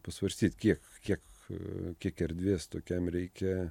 pasvarstyt kiek kiek kiek erdvės tokiam reikia